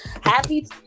happy